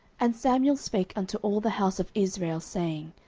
and samuel spake unto all the house of israel, saying,